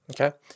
Okay